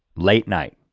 late night.